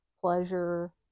pleasure